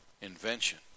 invention